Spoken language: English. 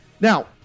Now